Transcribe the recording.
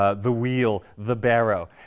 ah the wheel, the barrow.